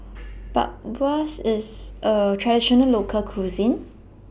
Bratwurst IS A Traditional Local Cuisine